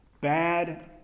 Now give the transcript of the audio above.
bad